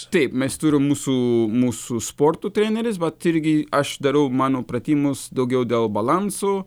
taip mes turim mūsų mūsų sporto treneris vat irgi aš darau mano pratimus daugiau dėl balansų